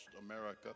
America